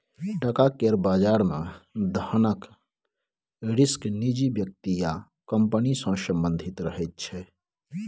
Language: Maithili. टका केर बजार मे धनक रिस्क निजी व्यक्ति या कंपनी सँ संबंधित रहैत छै